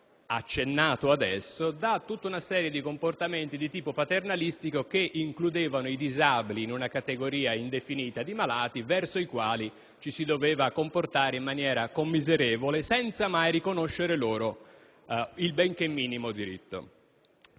ricordato, da tutta una serie di comportamenti di tipo paternalistico, che includevano i disabili in una categoria indefinita di malati, verso i quali ci si doveva comportare in maniera commiserevole, senza mai riconoscere loro il benché minimo diritto.